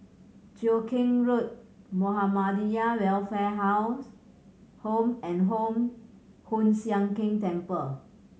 Cheow Keng Road Muhammadiyah Welfare House Home and Home Hoon Sian Keng Temple